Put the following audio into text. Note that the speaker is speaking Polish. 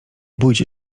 bójcie